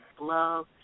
love